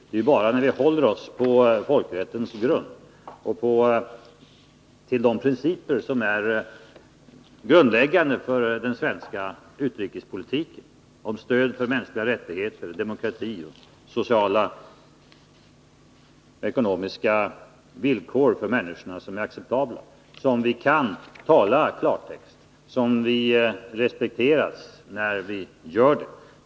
Det är bara när vi håller oss till folkrättens grund och till de principer som är grundläggande för den svenska utrikespolitiken — principer om stöd för att värna om de mänskliga rättigheterna, om demokrati och om acceptabla sociala och ekonomiska villkor för människorna — som vi kan tala i klartext och respekteras för att vi gör det.